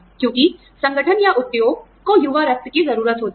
क्योंकि संगठन या उद्योग को युवा रक्त की जरूरत होती है